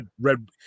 Red